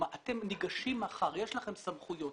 אנחנו ניגשים מחר, יש לנו סמכויות,